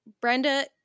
Brenda